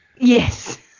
yes